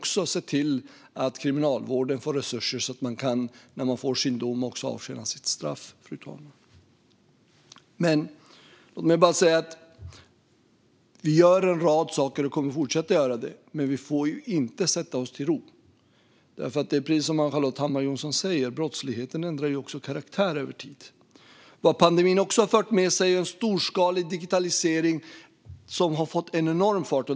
Kriminalvården får också mer resurser så att den som får sin dom också kan avtjäna sitt straff. Vi gör en rad saker och kommer att fortsätta att göra det, men vi får inte slå oss till ro. Precis som Ann-Charlotte Hammar Johnsson säger ändrar brottsligheten karaktär över tid. Under pandemin har digitaliseringen fått enorm fart.